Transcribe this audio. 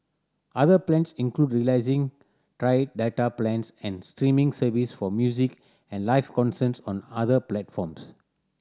other plans include releasing tiered data plans and streaming service for music and live concerts on other platforms